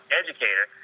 educator